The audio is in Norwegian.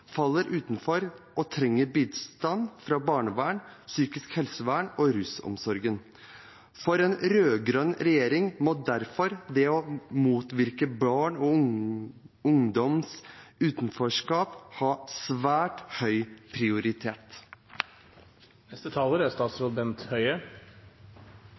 faller utenfor og trenger bistand fra barnevern, psykisk helsevern eller rusomsorgen. For en rød-grønn regjering må derfor det å motvirke barn og unges utenforskap ha svært høy prioritet. Jeg er